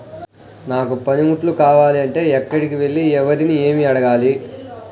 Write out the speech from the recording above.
నాకు పనిముట్లు కావాలి అంటే ఎక్కడికి వెళ్లి ఎవరిని ఏమి అడగాలి?